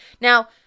Now